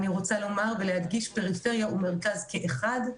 וחשוב לי להדגיש שזה נעשה פריפריה ומרכז כאחד.